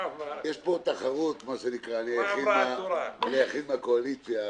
יש פה תחרות מה שנקרא, אני היחיד מהקואליציה.